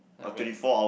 like when